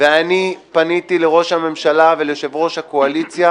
אני פניתי לראש הממשלה וליושב-ראש הקואליציה